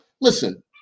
Listen